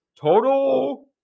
Total